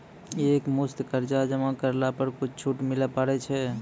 एक मुस्त कर्जा जमा करला पर कुछ छुट मिले पारे छै?